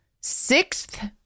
sixth